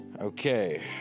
Okay